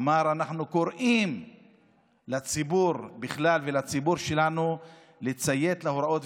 אמר: אנחנו קוראים לציבור בכלל ולציבור שלנו לציית להוראות.